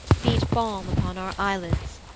beat balm upon our eyelids.